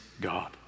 God